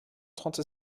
trente